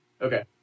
Okay